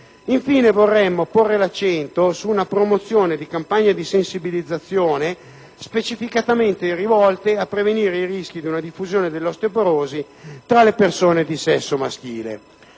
Infine, vorremmo porre l'accento sulla opportunità di promuovere campagne di sensibilizzazione specificamente rivolte a prevenire i rischi di una diffusione dell'osteoporosi tra le persone di sesso maschile.